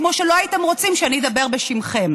כמו שלא הייתם רוצים שאני אדבר בשמכם.